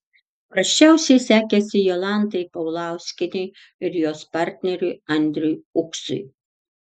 prasčiausiai sekėsi jolantai paulauskienei ir jos partneriui andriui uksui